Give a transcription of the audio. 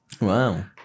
Wow